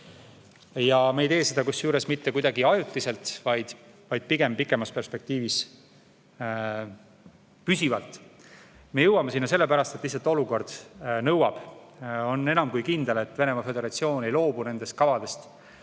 Ja me ei tee seda kusjuures mitte kuidagi ajutiselt, vaid pigem pikemas perspektiivis püsivalt.Me jõuame sinna sellepärast, et lihtsalt olukord nõuab. On enam kui kindel, et Venemaa Föderatsioon ei loobu nendest kavadest,